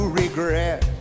regret